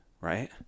right